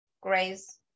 grace